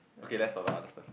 okay let's talk on other first